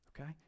okay